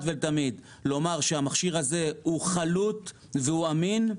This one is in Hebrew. ולתמיד לומר שהמכשיר הזה חלוט ואמין,